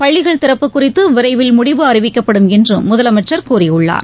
பள்ளிகள் திறப்பு குறித்துவிரைவில் முடிவு அறிவிக்கப்படும் என்றும் முதலமைச்சர் கூறியுள்ளார்